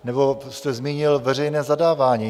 Nebo jste zmínil veřejné zadávání.